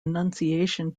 annunciation